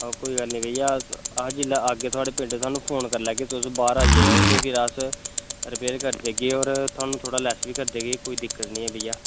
कोई गल्ल निं भेइया अस जेल्लै आगे थोआड़े पेंड थोआनूं फोन कर लैगै तोस बाह्र आई जायो ते अस रपेयर कर देगे और थोआनूं थोड़ा लैस बी कर देगे कोई दिक्कत निं ऐ भेइया